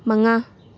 ꯃꯉꯥ